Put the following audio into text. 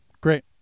great